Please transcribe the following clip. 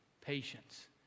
patience